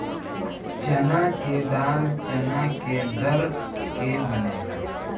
चना के दाल चना के दर के बनेला